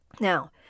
Now